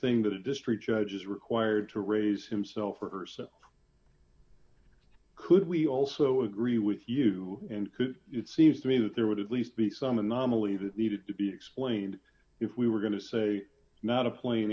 thing that a district judge is required to raise himself or herself could we also agree with you and it seems to me that there would at least be some anomaly that needed to be explained if we were going to say not a pla